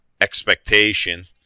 expectation